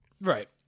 Right